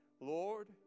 Lord